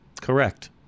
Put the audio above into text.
Correct